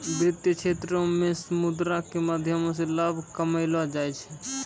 वित्तीय क्षेत्रो मे मुद्रा के माध्यमो से लाभ कमैलो जाय छै